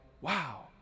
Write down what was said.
wow